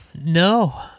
No